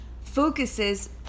focuses